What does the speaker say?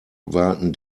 warten